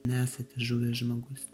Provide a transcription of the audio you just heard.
nesate žuvęs žmogus